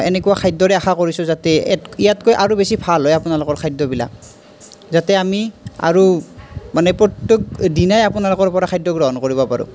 এনেকুৱা খাদ্য়ৰে আশা কৰিছোঁ যাতে ইয়াতকৈ আৰু বেছি ভাল হয় আপোনালোকৰ খাদ্য়বিলাক যাতে আমি আৰু মানে প্ৰত্য়েক দিনাই আপোনালোকৰ পৰা খাদ্য় গ্ৰহণ কৰিব পাৰোঁ